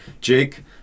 Jake